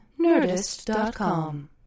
Nerdist.com